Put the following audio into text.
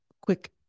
quick